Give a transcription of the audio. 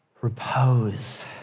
repose